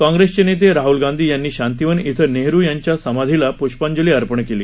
काँग्रेसचे नेते राहल गांधी यांनी शांतीवन इथं नेहरु यांच्या समाधीला प्ष्पांजली अर्पण केली